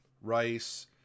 rice